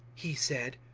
he said,